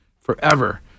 forever